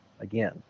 Again